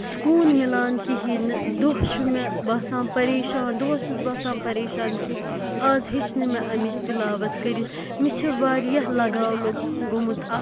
سکوٗن میلان کِہیٖنٛۍ نہٕ دۄہ چھُ مےٚ باسان پَریشان دۄہَس چھَس بہٕ آسان پَریشان کہِ اَز ہیٚچ نہٕ مےٚ اَمِچ تِلاوَت کٔرِتھ مےٚ چھِ وارِیاہ لَگاو لوٚگ گوٚمُت اَتھ